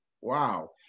wow